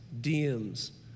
DMs